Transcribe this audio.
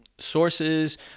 sources